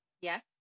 Yes